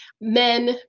men